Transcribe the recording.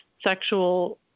sexual